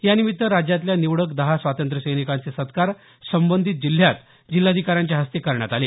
यानिमित्त राज्यातल्या निवडक दहा स्वातंत्र्यसैनिकांचे सत्कार संबंधित जिल्ह्यात जिल्हाधिकाऱ्यांच्या हस्ते करण्यात आले